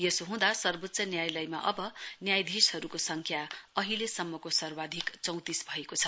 यसो हूँदा सर्वोच्च न्यायालयमा अब न्यायाधीशहरूको संख्या अहिलेसम्मको सर्वाधिक चौविस भएको छ